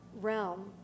realm